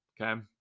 Okay